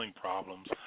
problems